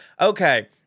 Okay